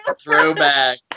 throwback